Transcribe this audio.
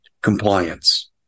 compliance